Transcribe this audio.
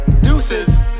deuces